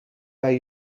bij